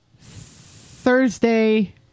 Thursday